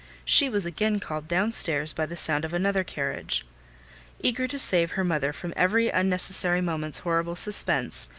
she was again called down stairs by the sound of another carriage eager to save her mother from every unnecessary moment's horrible suspense,